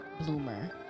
bloomer